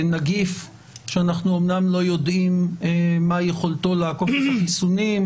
נגיף שאנחנו אומנם לא יודעים מה יכולתו לעקוף את החיסונים,